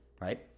right